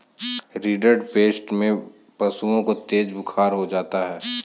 rinderpest में पशुओं को तेज बुखार हो जाता है